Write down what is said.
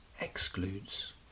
excludes